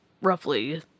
roughly